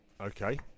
Okay